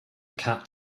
cat